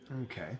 Okay